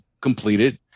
completed